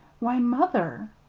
why, mother!